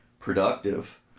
productive